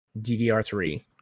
DDR3